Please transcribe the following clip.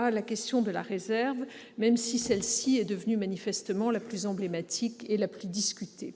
seule question de la réserve, même si celle-ci est devenue la mesure la plus emblématique et la plus discutée.